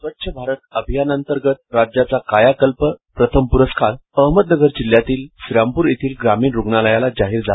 स्वच्छ भारत अभियानांतर्गत राज्याचा कायाकल्प प्रथम प्रस्कार अहमदनगर जिल्ह्यातील श्रीरामप्र येथील ग्रामीण रुग्णालयाला जाहीर झाला आहे